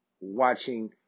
watching